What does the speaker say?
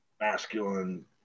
masculine